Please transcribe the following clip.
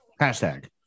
Hashtag